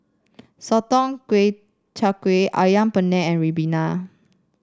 sotong kway char kway ayam penyet and ribena